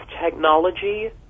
technology